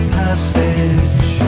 passage